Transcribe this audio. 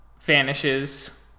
vanishes